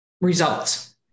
results